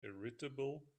irritable